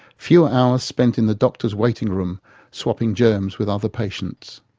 fewer hours spent in the doctor's waiting room swapping germs with other patients!